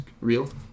real